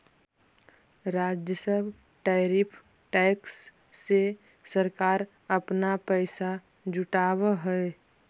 राजस्व tariff tax से सरकार अपना पैसा जुटावअ हई